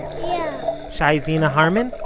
yeah! shai zena harman?